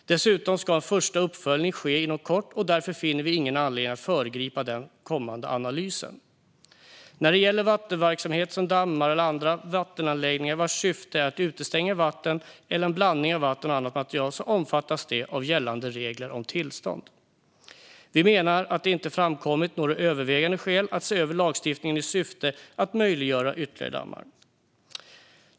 En första uppföljning ska ske inom kort, och därför finner vi ingen anledning att föregripa den kommande analysen. När det gäller vattenverksamheter som dammar och andra vattenanläggningar vars syfte är att utestänga vatten eller en blandning av vatten och annat material omfattas de av gällande regler om tillstånd. Vi menar att det inte har framkommit några övervägande skäl att se över lagstiftningen i syfte att möjliggöra ytterligare dammar.